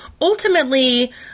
ultimately